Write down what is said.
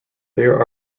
there